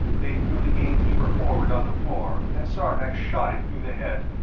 they threw the gamekeeper forward on the floor, and sarnax shot him through the head,